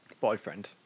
boyfriend